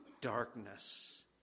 darkness